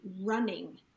running